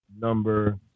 number